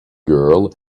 girl